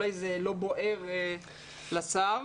זה לא בוער לשר.